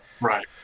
Right